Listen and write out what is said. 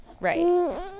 right